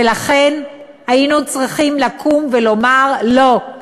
ולכן היינו צריכים לקום ולומר: לא,